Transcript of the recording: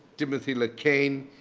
timothy lecain,